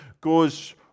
goes